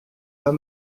pas